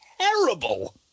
terrible